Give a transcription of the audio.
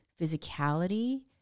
physicality